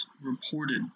reported